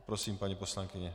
Prosím, paní poslankyně.